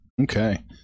Okay